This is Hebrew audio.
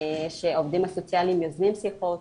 שהעובדים הסוציאליים יוזמים שיחות,